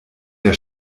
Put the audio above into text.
der